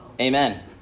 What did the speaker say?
Amen